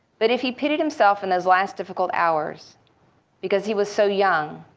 but if he pitied himself in those last difficult hours because he was so young,